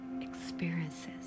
experiences